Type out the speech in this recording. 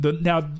Now